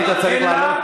היית צריך לעלות,